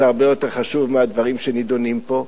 זה הרבה יותר חשוב מהדברים שנדונים פה.